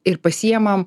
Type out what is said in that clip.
ir pasiemam